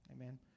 Amen